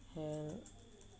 help